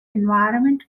environment